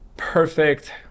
Perfect